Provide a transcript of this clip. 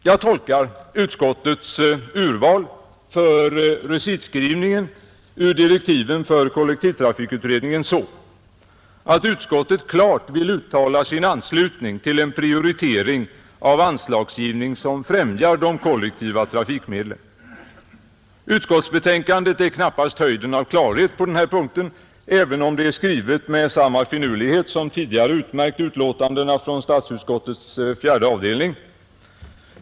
Jag tolkar utskottets urval för recitskrivningen ur direktiven för kollektivtrafikutredningen så, att utskottet bestämt vill uttala sin anslutning till en prioritering av anslagsgivning som främjar de kollektiva trafikmedlen. Utskottsbetänkandet däremot präglas knappast av högsta klarhet på denna punkt, även om det är skrivet med samma finurlighet som tidigare utmärkt utlåtandena från statsutskottets fjärde avdelning.